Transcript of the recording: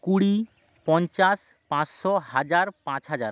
কুড়ি পঞ্চাশ পাঁচশো হাজার পাঁচ হাজার